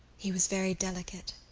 he was very delicate.